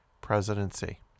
presidency